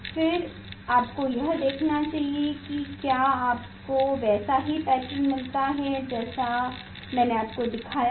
फिर आपको यह देखना चाहिए कि क्या आपको वैसा ही पैटर्न मिलता है जैसा मैंने आपको दिखाया है